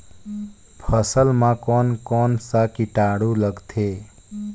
फसल मा कोन कोन सा कीटाणु लगथे?